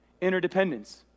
Interdependence